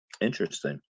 Interesting